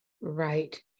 Right